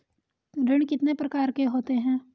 ऋण कितने प्रकार के होते हैं?